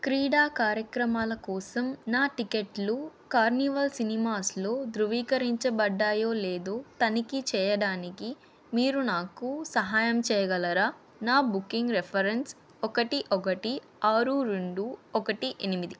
క్రీడా కార్యక్రమాల కోసం నా టికెట్లు కార్నివాల్ సినిమాస్లో ధృవీకరించబడ్డాయో లేదో తనిఖీ చేయడానికి మీరు నాకు సహాయం చేయగలరా నా బుకింగ్ రిఫరెన్స్ ఒకటి ఒకటి ఆరు రెండు ఒకటి ఎనిమిది